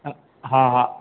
अ हा हा